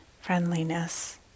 friendliness